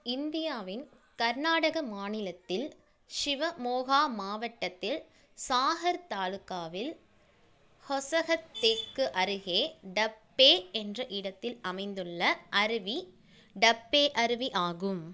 இந்தியாவின் கர்நாடக மாநிலத்தில் ஷிவமோகா மாவட்டத்தில் சாகர் தாலுக்காவில் ஹொசஹத்தேக்கு அருகே டப்பே என்ற இடத்தில் அமைந்துள்ள அருவி டப்பே அருவி ஆகும்